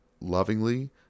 lovingly